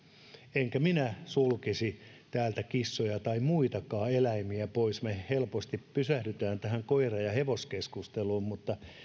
enkä minä sulkisi täältä kissoja tai muitakaan eläimiä pois me helposti pysähdymme tähän koira ja hevoskeskusteluun mutta